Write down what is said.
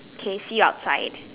okay see you outside